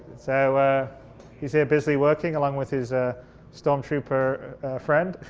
so he's here busy working along with his ah stormtrooper friend